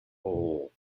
hole